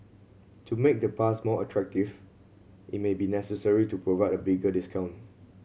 to make the pass more attractive it may be necessary to provide a bigger discount